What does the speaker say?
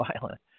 violent